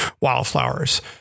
wildflowers